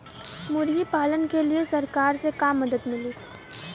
मुर्गी पालन के लीए सरकार से का मदद मिली?